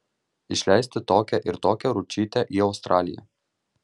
išleisti tokią ir tokią ručytę į australiją